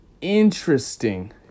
interesting